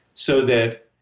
so that,